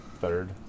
Third